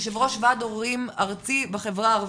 יושב-ראש ועד הורים ארצי בחברה הערבית,